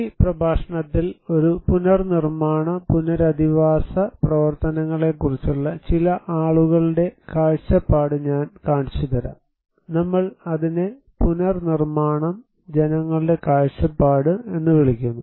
ഈ പ്രഭാഷണത്തിൽ ഒരു പുനർനിർമാണ പുനരധിവാസ പ്രവർത്തനങ്ങളെക്കുറിച്ചുള്ള ചില ആളുകളുടെ കാഴ്ചപ്പാട് ഞാൻ കാണിച്ചുതരാം നമ്മൾ അതിനെ "പുനർനിർമ്മാണം ജനങ്ങളുടെ കാഴ്ചപ്പാട്" എന്ന് വിളിക്കുന്നു